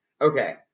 Okay